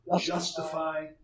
justify